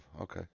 Okay